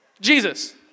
Jesus